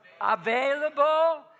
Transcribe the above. available